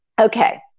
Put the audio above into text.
okay